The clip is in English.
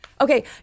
Okay